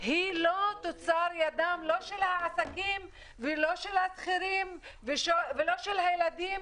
היא לא תוצר ידם לא של העסקים ולא של השכירים ולא של הילדים.